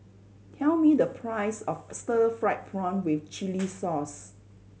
tell me the price of stir fried prawn with chili sauce